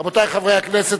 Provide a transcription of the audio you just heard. רבותי חברי הכנסת,